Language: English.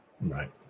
Right